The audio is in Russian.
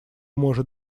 может